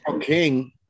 King